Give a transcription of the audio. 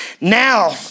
Now